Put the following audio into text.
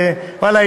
ואללה,